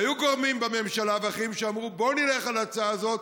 היו גורמים בממשלה ואחרים שאמרו: בואו נלך על ההצעה הזאת.